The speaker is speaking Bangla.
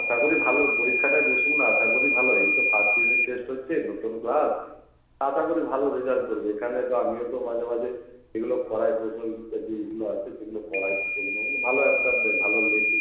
আশা করি ভালো পরীক্ষাটায় বসুক না আশা করি ভালো এই তো ফার্স্ট ইউনিট টেস্ট হচ্ছে নতুন ক্লাস আশা করি ভালো রেজাল্ট করবে কেন এবার আমিও তো মাঝে মাঝে যেগুলো পড়াই প্রশ্ন লিখতে দিই যেগুলো আছে সেগুলো পড়াই ভালো অ্যানসার দেয় ভালো লেখে